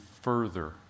further